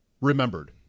remembered